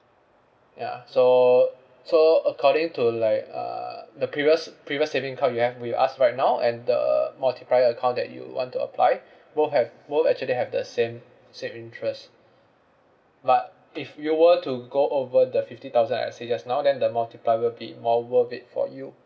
ya so so according to like uh the previous previous saving account you have with us right now and the multiplier account that you want to apply both have both actually have the same same interest but if you were to go over the fifty thousand like I say just now then the multiplier will be more worth it for you